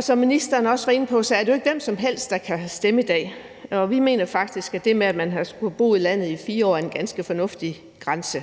Som ministeren også var inde på, er det jo ikke hvem som helst, der kan stemme i dag, og vi mener faktisk, at det, at man skal have boet i landet i 4 år, er en ganske fornuftig grænse.